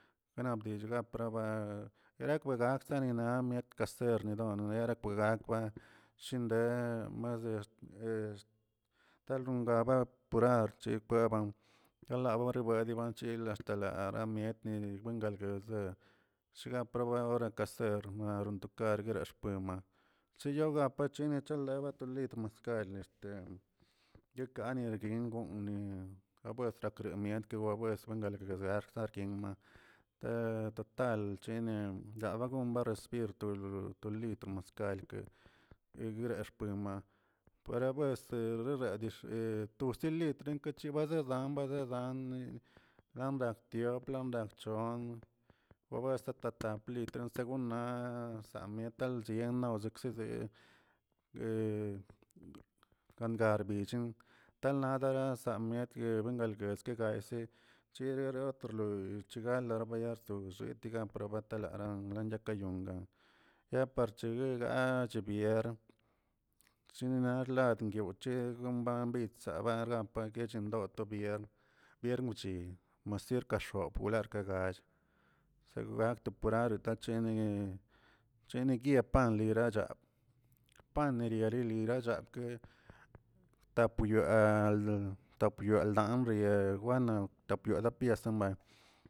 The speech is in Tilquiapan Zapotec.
Napdillga praba erkwadashtanina miet kasercuando era pguegakgwa shinde marse tan ronraba rchikweban gala bueriwed naꞌ che axta laa tamietni galguedchle, shipgregue ora kaser naꞌ ronto kargueraꞌ xpema cheyowgaga pacheni lela tolidmaskalə este yekani rguin gon nabuedr rakinmientr wawezə xjdarkinma te total chini abab gom recibir tulu- tu litr maskalkeꞌ kegresh prima parabuese re daa dexe tos letri bakechichzan gazeanꞌni, zamla tiopa rak chon ouedesta ta- tam litr naꞌzə mietal chino ekzezii gandarbichpu, tanladeraza mietguel yandelguel ake gayseꞌ cherara rotorli chila gordebya lo bzetega prebatalara lakayonla ya parche gueguegaꞌa naꞌch biern, chinar ladin gochezə mban bid sabarban paguechiꞌ loto biern, viern muchi masir kachop wer ka gall shi ba nakto kwidad inegue chini guian panli lachab, pan neria reli lachabkeꞌ tapyoaꞌ tapyoaꞌ ldan ri bueno tapyoaꞌ dapiezan.